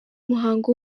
muhango